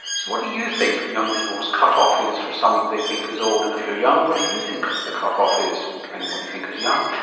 so what do you think young people's cut-off is for someone they think is old? and if you're young, what do you think the cut-off is? depending on what you think is young.